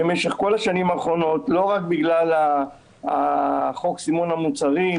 במשך כל השנים האחרונות לא רק בגלל חוק סימון המוצרים,